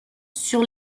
sur